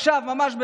עכשיו ממש,